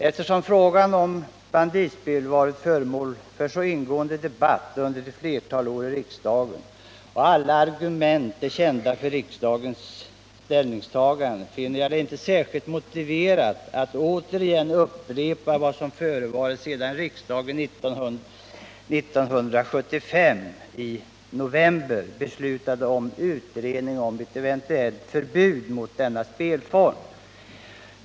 Eftersom frågan om banditspelet under flera år varit föremål för ingående debatter i riksdagen och alla argument för riksdagens ställningstagande är kända, finner jag det inte motiverat att upprepa vad som förevarit sedan riksdagen i november 1975 beslutade om utredning om ett eventuellt förbud mot denna spelform.